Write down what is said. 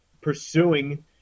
pursuing